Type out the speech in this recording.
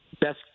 best